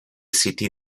city